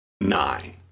nine